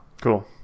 cool